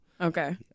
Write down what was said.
Okay